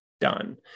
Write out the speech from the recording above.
done